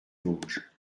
vosges